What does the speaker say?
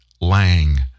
Lang